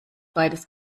beides